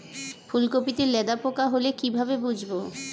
ফুলকপিতে লেদা পোকা হলে কি ভাবে বুঝবো?